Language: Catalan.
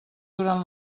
durant